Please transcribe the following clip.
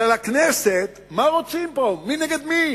אלא לכנסת, מה רוצים פה, מי נגד מי.